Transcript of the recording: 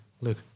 look